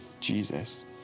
Jesus